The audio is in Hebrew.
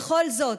בכל זאת,